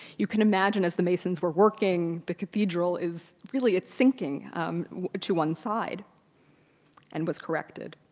you can imagine as the masons were working, the cathedral is really, it's sinking to one side and was corrected.